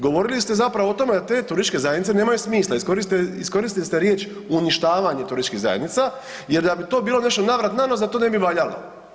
Govorili ste zapravo o tome da te turističke zajednice nemaju smisla, iskoristili ste riječ uništavanje turističkih zajednica jer da bi to bilo nešto navrat-nanos, da to ne bi valjalo.